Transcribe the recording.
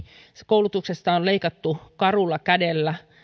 koulutuksesta on leikattu karulla kädellä